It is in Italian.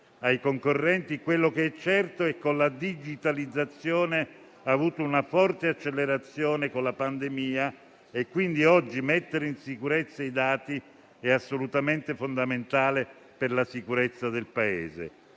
ai concorrenti, quello che è certo è che la digitalizzazione ha avuto una forte accelerazione con la pandemia e quindi oggi mettere in sicurezza i dati è assolutamente fondamentale per la sicurezza del Paese.